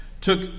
took